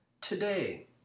Today